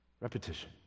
repetition